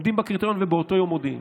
הגיע לקריטריון, ובאותו יום מודיעים.